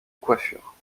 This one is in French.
coiffure